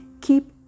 Keep